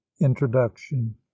introduction